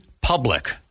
public